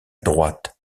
droite